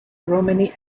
romani